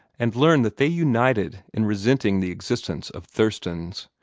and learn that they united in resenting the existence of thurston's,